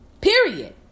Period